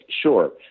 sure